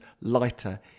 lighter